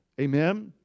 Amen